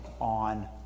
on